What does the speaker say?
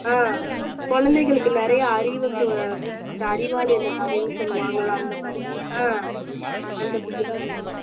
ஆ குழந்தைகளுக்கு நிறைய அறிவு அந்த அறிவாளி அந்த கதைன்னு சொல்லுவாங்களே அந்த மாதிரி ஆ அந்த புக்குதான் வேணும்